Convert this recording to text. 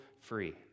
free